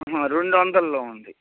రెండు వందల్లో ఉంది